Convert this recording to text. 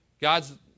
God's